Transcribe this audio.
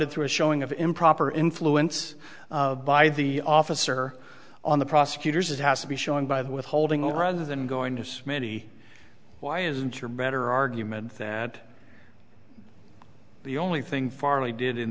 rebutted through a showing of improper influence by the officer on the prosecutors it has to be shown by the withholding rather than going to smitty why isn't your better argument that the only thing farley did in